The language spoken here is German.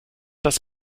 das